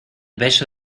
beso